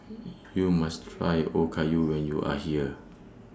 YOU must Try Okayu when YOU Are here